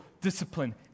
discipline